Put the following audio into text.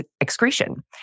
excretion